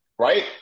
Right